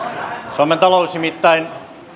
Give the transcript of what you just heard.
suomen talous nimittäin